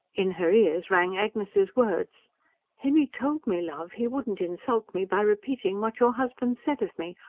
in her ears rang agnes's words henry told me, love, he wouldn't insult me by repeating what your husband said of me.